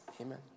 amen